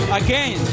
again